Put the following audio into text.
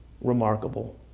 remarkable